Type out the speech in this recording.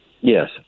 Yes